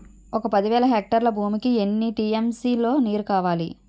ఒక పది వేల హెక్టార్ల భూమికి ఎన్ని టీ.ఎం.సీ లో నీరు కావాలి?